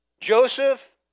Joseph